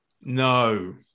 No